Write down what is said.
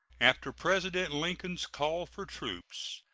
after president lincoln's call for troops,